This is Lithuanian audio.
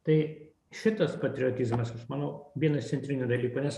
tai šitas patriotizmas aš manau vienas centrinių dalykų nes